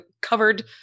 covered